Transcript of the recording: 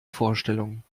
vorstellung